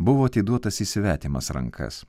buvo atiduotas į svetimas rankas